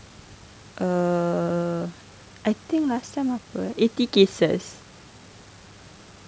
err I think last time apa eh eighty cases